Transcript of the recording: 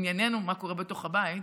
ענייננו במה שקורה בתוך הבית.